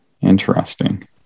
Interesting